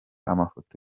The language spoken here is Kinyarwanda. amafoto